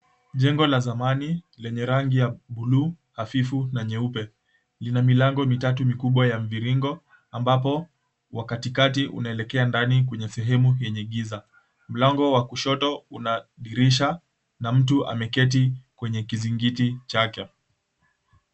Jengo la zamani lenye rangi ya buluu hafifu na nyeupe, lina milango mitatu mikubwa ya mviringo ambapo wa katikati unaelekea ndani kwenye sehemu yenye giza, mlango wa kushoto una dirisha na mtu ameketi kwenye kizingiti chake.